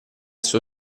suo